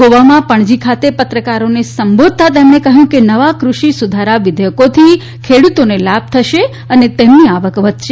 ગોવામાં પણજી ખાતે પત્રકારોને સંબોધતા તેમણે કહ્યું કે નવા કૃષિ સુધારા વિધેયકોની ખેડુતોને લાભ થશે અને તેમની આવક વધશે